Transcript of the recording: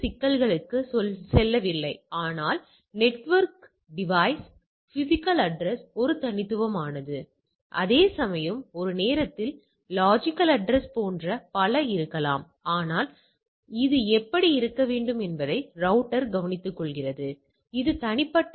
சில HPLCகள் சில நேரங்களில் அவை துல்லியமான முடிவுகளைத் தரும் சில சமயங்களில் அவை துல்லியமற்ற முடிவுகளைத் தரும் அவை ஏற்றுக்கொள்ள முடியாதவை